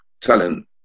talent